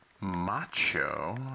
macho